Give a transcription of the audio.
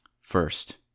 First